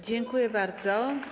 Dziękuję bardzo.